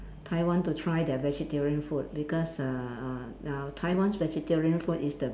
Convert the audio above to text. Taiwan to try their vegetarian food because uh uh uh Taiwan's vegetarian food is the